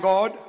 God